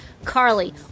Carly